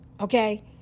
Okay